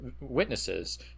witnesses